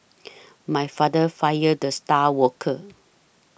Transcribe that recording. my father fired the star worker